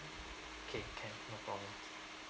okay can no problem